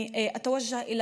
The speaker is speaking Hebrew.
(אומרת דברים בשפה הערבית,